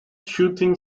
shooting